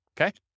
Okay